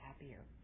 happier